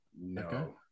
No